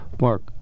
Mark